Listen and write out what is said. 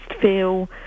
feel